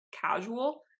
casual